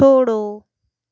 छोड़ो